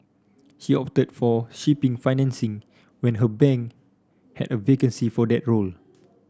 she opted for shipping financing when her bank had a vacancy for that role